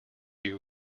you